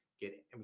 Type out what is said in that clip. Get